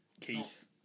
Keith